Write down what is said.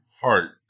Heart